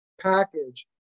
package